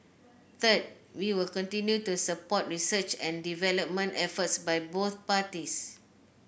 third we will continue to support research parties